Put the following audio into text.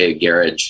garage